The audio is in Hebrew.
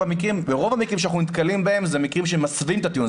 ברוב המקרים שאנחנו נתקלים בהם אלה מקרים שמסווים את הטיעון.